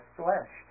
flesh